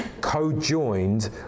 co-joined